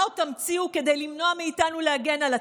מה עוד תמציאו כדי למנוע מאיתנו להגן על עצמנו?